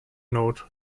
note